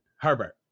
Herbert